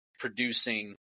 producing